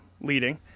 leading